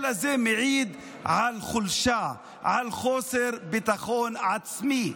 אלא שזה מעיד על חולשה, על חוסר ביטחון עצמי.